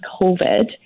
COVID